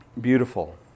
Beautiful